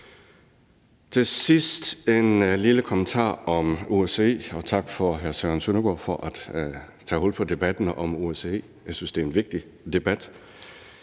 Til sidst har jeg en lille kommentar om OSCE, og tak til hr. Søren Søndergaard for at tage hul på debatten om OSCE. Jeg synes, det er en vigtig debat.